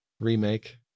remake